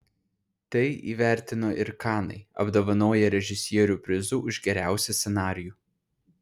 tai įvertino ir kanai apdovanoję režisierių prizu už geriausią scenarijų